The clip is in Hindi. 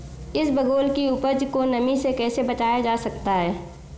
इसबगोल की उपज को नमी से कैसे बचाया जा सकता है?